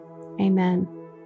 Amen